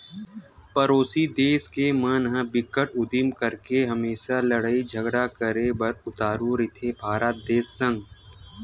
परोसी देस के मन ह बिकट उदिम करके हमेसा लड़ई झगरा करे बर उतारू रहिथे भारत देस संग